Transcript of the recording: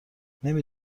نمی